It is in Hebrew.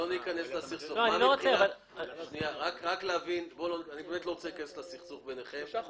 אני לא רוצה להיכנס לסכסוך ביניכם,